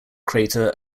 crater